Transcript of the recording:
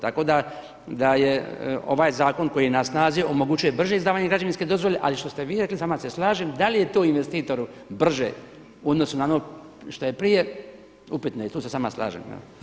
Tako da je ovaj zakon koji je na snazi omogućuje brže izdavanje građevinske dozvole, ali što ste vi rekli s vama se slažem, da li je to investitoru brže u odnosu na ono što je prije, upitno je i tu se s vama slažem.